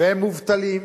והם מובטלים,